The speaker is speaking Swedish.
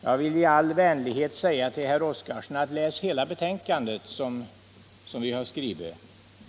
Jag vill i all vänlighet säga till herr Oskarson: Läs hela det betänkande som vi har skrivit!